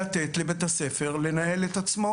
לתת לבית הספר לנהל את עצמו.